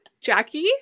Jackie